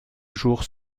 jour